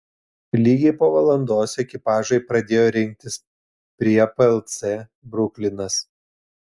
lygiai po valandos ekipažai pradėjo rinktis prie plc bruklinas